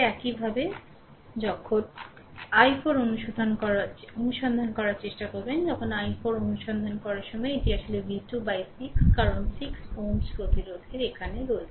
একইভাবে যখন i4 অনুসন্ধান করার চেষ্টা করবেন তখন i4 অনুসন্ধান করার সময় এটি আসলে V 2 বাই 6 কারণ 6 Ω প্রতিরোধের এখানে রয়েছে